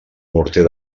morter